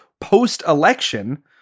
post-election